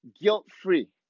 Guilt-free